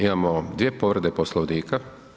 Imamo dvije povrede Poslovnika.